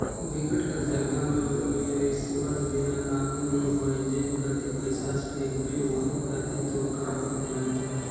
बिकट कर जघा में रिस्वत बिना कामे नी होय जेन कती पइसा फेंकबे ओही कती तोर काम हर बनही